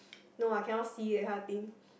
no I cannot see that kind of thing